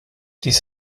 dies